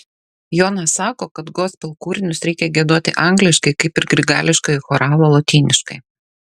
jonas sako kad gospel kūrinius reikia giedoti angliškai kaip ir grigališkąjį choralą lotyniškai